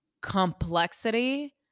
complexity